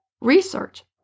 research